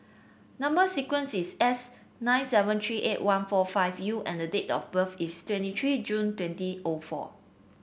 number sequence is S nine seven three eight one four five U and the date of birth is twenty three June twenty O four